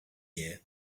year